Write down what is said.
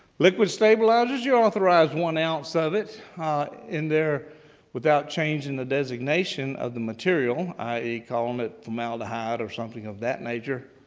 liquid stabilizers, you're authorized one ounce of it in there without changing the designation of the material, i e. calling it formaldehyde or something of that nature.